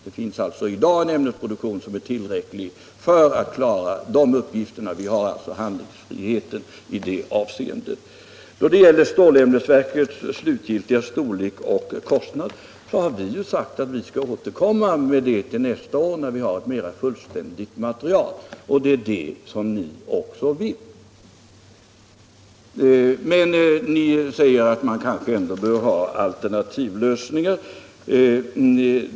Det finns i dag en ämnesproduktion som är tillräcklig för att klara de uppgifterna. I det avseendet har vi sålunda handlingsfrihet. Då det gäller stålämnesverkets slutliga storlek och kostnad har vi sagt att vi skall återkomma till det nästa år, när vi har ett mera fullständigt material. Det är också det som ni vill, men ni säger att man kanske ändå bör ha alternativlösningar.